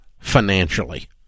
financially